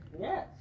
Yes